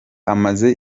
amaze